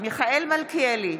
מיכאל מלכיאלי,